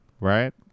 right